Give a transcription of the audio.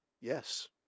Yes